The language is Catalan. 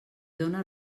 dóna